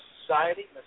society